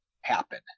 happen